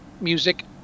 music